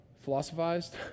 Philosophized